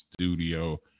studio